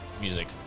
music